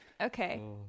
Okay